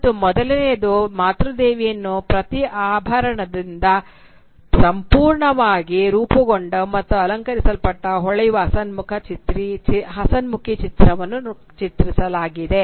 ಮತ್ತು ಮೊದಲನೆಯದು ಮಾತೃ ದೇವಿಯನ್ನು ಪ್ರತಿ ಆಭರಣದಿಂದ ಸಂಪೂರ್ಣವಾಗಿ ರೂಪುಗೊಂಡ ಮತ್ತು ಅಲಂಕರಿಸಲ್ಪಟ್ಟ ಹೊಳೆಯುವ ಹಸನ್ಮುಖಿ ಚಿತ್ರವನ್ನು ಚಿತ್ರಿಸಲಾಗಿದೆ